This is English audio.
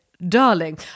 Darling